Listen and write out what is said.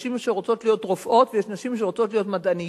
נשים שרוצות להיות רופאות ויש נשים שרוצות להיות מדעניות